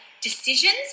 decisions